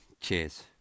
cheers